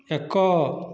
ଏକ